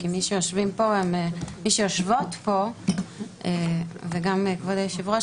כי מי שיושבות פה וגם כבוד היושב-ראש,